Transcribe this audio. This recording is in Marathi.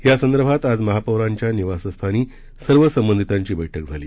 यासंदर्भात आज महापौरांच्या निवासस्थानी सर्व संबंधितांची बैठक झाली